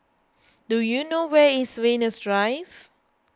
do you know where is Venus Drive